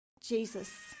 Jesus